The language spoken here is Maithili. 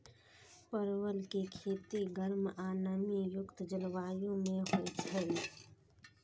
परवल के खेती गर्म आ नमी युक्त जलवायु मे होइ छै